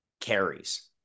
carries